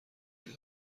داره